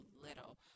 little